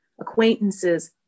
acquaintances